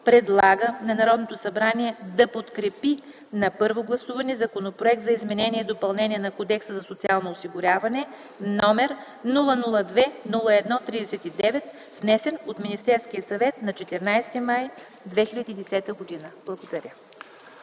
Предлага на Народното събрание да подкрепи на първо гласуване Законопроект за изменение и допълнение на Кодекса за социално осигуряване, № 002-01-39, внесен от Министерския съвет на 14 май 2010 г.”